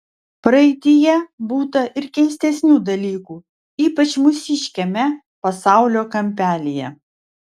praeityje būta ir keistesnių dalykų ypač mūsiškiame pasaulio kampelyje